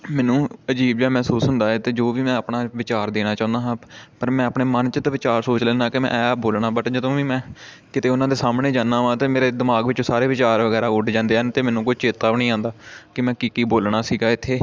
ਮੈਨੂੰ ਅਜੀਬ ਜਿਹਾ ਮਹਿਸੂਸ ਹੁੰਦਾ ਹੈ ਅਤੇ ਜੋ ਵੀ ਮੈਂ ਆਪਣਾ ਵਿਚਾਰ ਦੇਣਾ ਚਾਹੁੰਦਾ ਹਾਂ ਪਰ ਮੈਂ ਆਪਣੇ ਮਨ 'ਚ ਤਾਂ ਵਿਚਾਰ ਸੋਚ ਲੈਂਦਾ ਕਿ ਮੈਂ ਇਹ ਬੋਲਣਾ ਬਟ ਜਦੋਂ ਵੀ ਮੈਂ ਕਿਤੇ ਉਹਨਾਂ ਦੇ ਸਾਹਮਣੇ ਜਾਂਦਾ ਹਾਂ ਤਾਂ ਮੇਰੇ ਦਿਮਾਗ ਵਿੱਚ ਸਾਰੇ ਵਿਚਾਰ ਵਗੈਰਾ ਉੱਡ ਜਾਂਦੇ ਹਨ ਅਤੇ ਮੈਨੂੰ ਕੋਈ ਚੇਤਾ ਵੀ ਨਹੀਂ ਆਉਂਦਾ ਕਿ ਮੈਂ ਕੀ ਕੀ ਬੋਲਣਾ ਸੀਗਾ ਇੱਥੇ